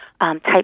type